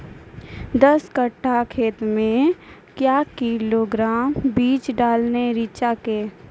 दस कट्ठा खेत मे क्या किलोग्राम बीज डालने रिचा के?